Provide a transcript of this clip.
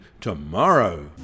tomorrow